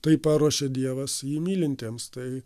tai paruošė dievas jį mylintiems tai